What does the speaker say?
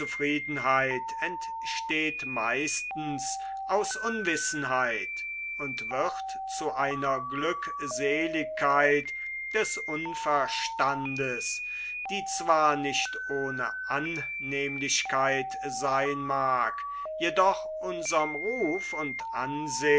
entsteht meistens aus unwissenheit und wird zu einer glückseligkeit des unverstandes die zwar nicht ohne annehmlichkeit seyn mag jedoch unserm ruf und